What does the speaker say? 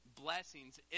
blessings